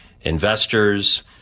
investors